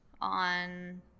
on